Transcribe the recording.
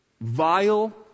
vile